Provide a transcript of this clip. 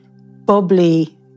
bubbly